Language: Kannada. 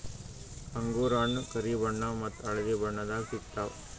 ಅಂಗೂರ್ ಹಣ್ಣ್ ಕರಿ ಬಣ್ಣ ಮತ್ತ್ ಹಳ್ದಿ ಬಣ್ಣದಾಗ್ ಸಿಗ್ತವ್